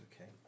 okay